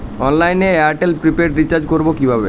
অনলাইনে এয়ারটেলে prepaid recharge করবো কিভাবে?